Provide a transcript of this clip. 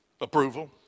approval